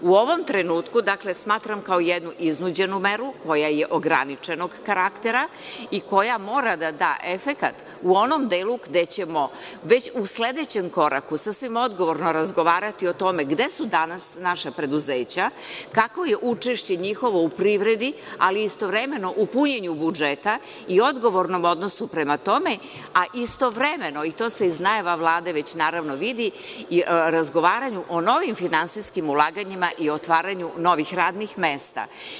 U ovom trenutku, dakle smatram kao jednu iznuđenu meru koja je ograničenog karaktera i koja mora da da efekat u onom delu gde ćemo već u sledećem koraku sasvim odgovorno razgovarati o tome gde su danas naša preduzeća, kakvo je učešće njihovo u privredi, ali istovremeno u punjenju budžeta i odgovornom odnosu prema tome, a istovremeno, i to se iz najava Vlade već naravno vidi, razgovaranju o novim finansijskim ulaganjima i otvaranju novih radnih mesta.